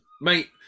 Mate